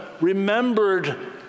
remembered